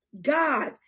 God